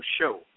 show